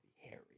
Harry